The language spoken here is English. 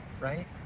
right